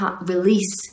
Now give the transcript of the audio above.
release